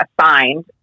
assigned